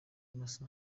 masa